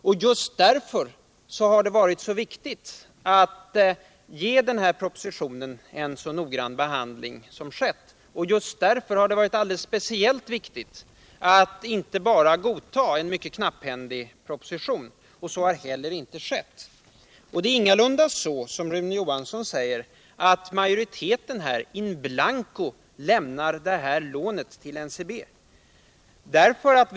Men just därför har det varit särskilt viktigt att ge propositionen en så noggrann behandling som skett, och just därför har det varit speciellt viktigt att inte bara godta en mycket knapphändig proposition. Så har heller inte skett. Det förhåller sig ingalunda så, som Rune Johansson säger, att majoriteten lämnar det här lånet in blanco till NCB.